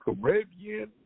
Caribbean